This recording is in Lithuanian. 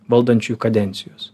valdančių kadencijos